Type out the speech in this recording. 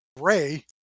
ray